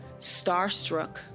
starstruck